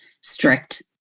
strict